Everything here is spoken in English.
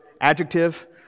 adjective